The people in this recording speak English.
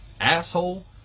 asshole